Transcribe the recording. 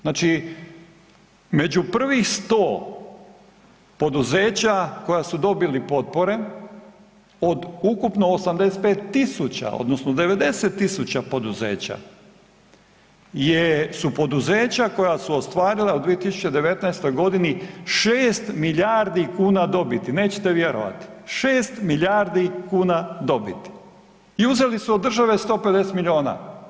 Znači među prvih 100 poduzeća koja su dobili potpore od ukupno 85.000 odnosno 90.000 poduzeća je, su poduzeća koja su ostvarila u 2019. godini 6 milijardi kuna dobiti, nećete vjerovati 6 milijardi kuna dobiti i uzeli su od države 150 miliona.